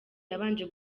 yabanje